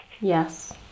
Yes